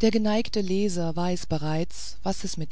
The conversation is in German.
der geneigte leser weiß bereits was es